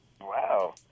Wow